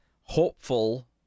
hopeful